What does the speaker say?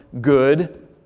good